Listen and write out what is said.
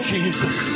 Jesus